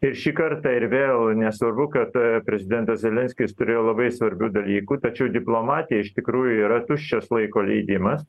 ir šį kartą ir vėl nesvarbu kad a prezidentas zelenskis turėjo labai svarbių dalykų tačiau diplomatija iš tikrųjų yra tuščias laiko leidimas